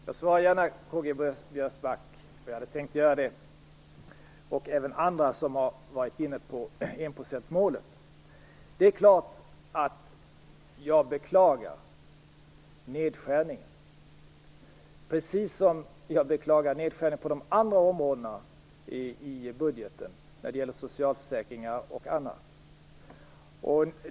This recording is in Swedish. Herr talman! Jag svarar gärna Karl-Göran Biörsmark, och jag hade tänkt göra det. Jag vill även svara andra som har varit inne på enprocentsmålet. Det är klart att jag beklagar nedskärningen, precis som jag beklagar nedskärningarna på de andra områdena i budgeten - socialförsäkringar och annat.